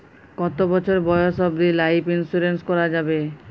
কতো বছর বয়স অব্দি লাইফ ইন্সুরেন্স করানো যাবে?